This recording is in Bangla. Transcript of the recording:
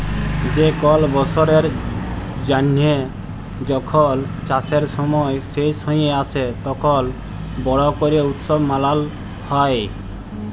যে কল বসরের জ্যানহে যখল চাষের সময় শেষ হঁয়ে আসে, তখল বড় ক্যরে উৎসব মালাল হ্যয়